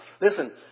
Listen